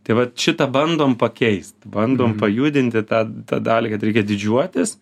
tai vat šitą bandom pakeist bandom pajudinti tą tą dalį kad reikia didžiuotis